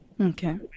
Okay